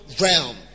realm